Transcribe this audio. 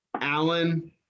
Allen